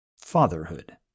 fatherhood